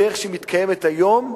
בדרך שהיא מתקיימת היום.